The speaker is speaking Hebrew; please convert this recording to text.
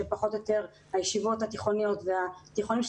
שפחות או יותר הישיבות התיכוניות והתיכונים של